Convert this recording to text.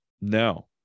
No